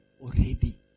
already